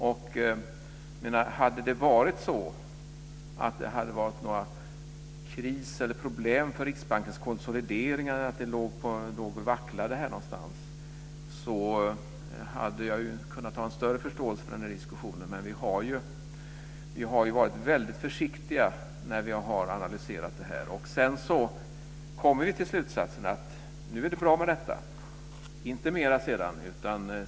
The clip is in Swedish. Om det hade funnits någon kris eller problem när det gäller Riksbankens konsolidering eller om det stod och vacklade någonstans, hade jag kunnat ha en större förståelse för den här diskussionen. Men vi har ju varit väldigt försiktiga när vi har analyserat det här. Vi har kommit till slutsatsen att det är bra med detta. Det ska inte vara mer sedan.